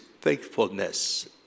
faithfulness